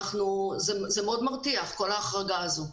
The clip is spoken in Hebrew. זה מאוד מרתיח, כל החרגה הזו.